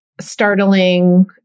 Startling